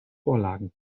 vorlagen